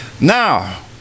Now